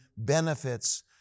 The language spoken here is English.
benefits